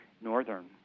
Northern